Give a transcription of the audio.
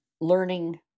learning